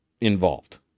involved